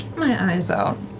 my eyes out?